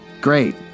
great